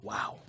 Wow